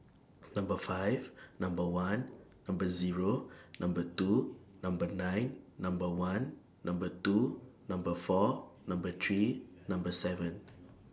Number five Number one Number Zero Number two Number nine Number one Number two Number four Number three Number seven